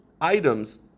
items